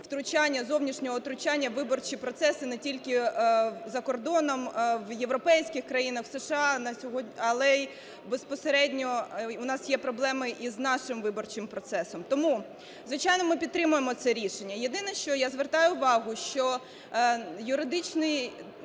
втручання, зовнішнього втручання в виборчий процес, і не тільки за кордоном: в європейських країнах, в США, - але й безпосередньо в нас є проблеми із нашим виборчим процесом. Тому, звичайно, ми підтримуємо це рішення. Єдине, що я звертаю увагу, що юридичний